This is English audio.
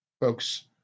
Folks